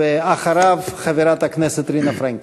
אחריו, חברת הכנסת רינה פרנקל.